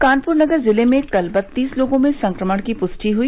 कानपुर नगर जिले में कल बत्तीस लोगों में संक्रमण की पुष्टि हुई